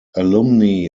alumni